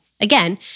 Again